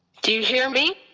do you hear me?